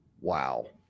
Wow